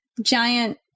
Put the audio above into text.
giant